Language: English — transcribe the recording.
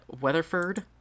Weatherford